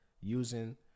using –